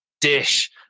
dish